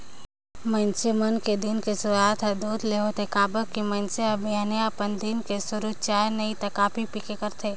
मइनसे मन के दिन के सुरूआत हर दूद ले होथे काबर की मइनसे हर बिहनहा अपन दिन के सुरू चाय नइ त कॉफी पीके करथे